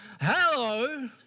Hello